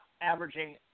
averaging